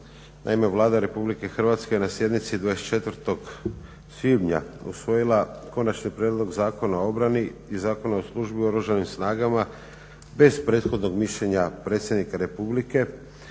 Naime, Vlada Republike Hrvatske je na sjednici 24. svibnja usvojila Konačni prijedlog Zakona o obrani i Zakona o službi u Oružanim snagama bez prethodnog mišljenja predsjednika Republike